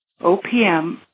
OPM